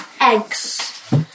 Eggs